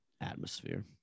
atmosphere